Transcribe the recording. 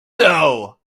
know